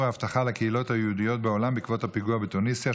האבטחה על הקהילות היהודיות בעולם בעקבות הפיגוע בתוניסיה.